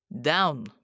Down